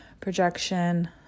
projection